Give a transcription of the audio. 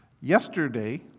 yesterday